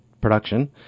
production